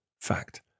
fact